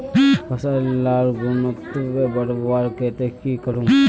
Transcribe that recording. फसल लार गुणवत्ता बढ़वार केते की करूम?